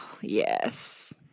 yes